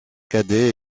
cadet